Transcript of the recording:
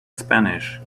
spanish